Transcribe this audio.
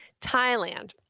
Thailand